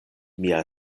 mia